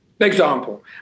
Example